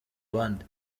abandi